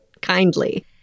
kindly